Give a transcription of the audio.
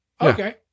Okay